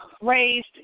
raised